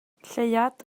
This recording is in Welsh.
lleuad